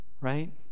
right